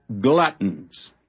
gluttons